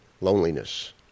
loneliness